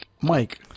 mike